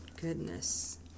Goodness